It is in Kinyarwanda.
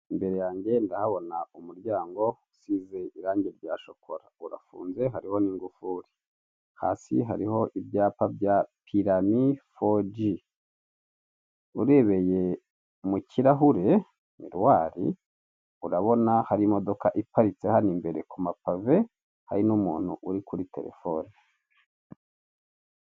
Imbere yange ndahabona umuryango usize irange ryashokora urafunze hariho n' ingufiri, hasi hariho ibyapa bya pirami fodi, urebeye mu ikirahure/miriwari, urabona hari imadoka iparitse hano imbere ku mapave, hari n'umuntu uri kuri telefone